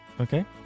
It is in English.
Okay